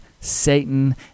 Satan